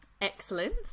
excellent